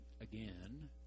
again